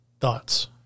thoughts